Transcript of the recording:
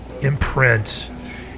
imprint